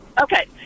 Okay